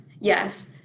Yes